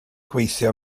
gweithio